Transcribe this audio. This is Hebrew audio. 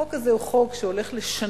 החוק הזה הוא חוק שהולך לשנות,